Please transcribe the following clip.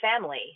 family